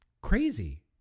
Crazy